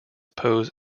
pose